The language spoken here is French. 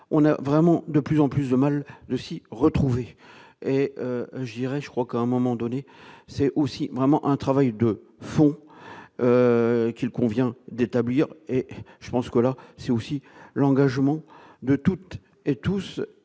on a vraiment de plus en plus de mal de s'y retrouver et je dirais je crois qu'à un moment donné, c'est aussi vraiment un travail de fond qu'il convient d'établir et je pense que là, c'est aussi l'engagement de toutes et tous